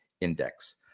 index